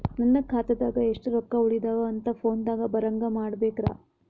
ನನ್ನ ಖಾತಾದಾಗ ಎಷ್ಟ ರೊಕ್ಕ ಉಳದಾವ ಅಂತ ಫೋನ ದಾಗ ಬರಂಗ ಮಾಡ ಬೇಕ್ರಾ?